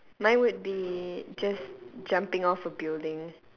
mine would be just jumping off a building